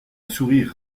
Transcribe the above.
sourire